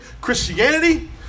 christianity